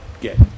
get